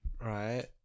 right